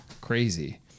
crazy